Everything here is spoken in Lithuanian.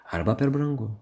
arba per brangu